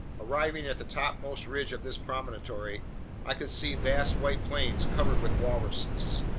arriving at the topmost ridge of this promontory, i could see vast white plains covered with walruses.